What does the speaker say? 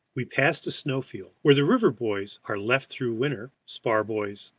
we passed a snow-field, where the river-buoys are left through winter, spar-buoys,